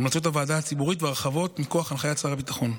הוועדה הציבורית וההרחבות מכוח הנחיית שר הביטחון.